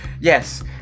Yes